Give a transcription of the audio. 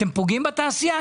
אתם פוגעים בתעשייה.